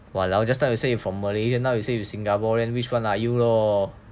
!walao! just now you say you from Malaysia now you say you singaporean which one are you lor